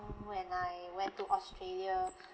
when I went to australia